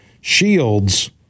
Shields